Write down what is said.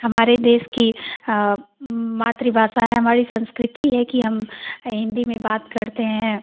हमारे देश की मातृभाषा है हमारी संस्कृति है कि हम हिन्दी में बात करते हैं